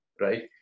right